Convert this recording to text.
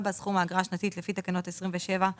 סכום האגרה השנתית לפי תקנות 27א,